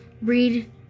Read